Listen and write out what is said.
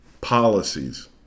policies